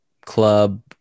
club